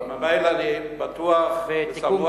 בטוח וסמוך,